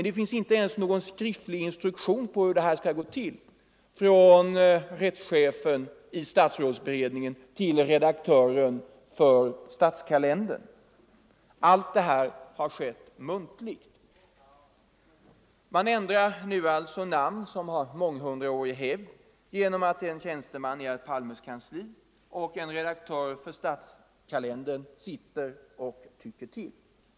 Det finns inte ens någon skriftlig instruktion från rättschefen i statsrådsberedningen till redaktören för statskalendern om principerna för borttagandet av detta prefix. Allt har skett muntligt. Man ändrar alltså namn som har månghundraårig hävd, genom att en tjänsteman i herr Palmes kansli och en redaktör för statskalendern sitter och tycker till.